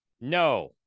No